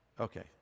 Okay